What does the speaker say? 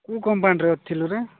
କୋଉ କମ୍ପାନୀରେ ଥିଲୁରେ